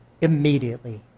immediately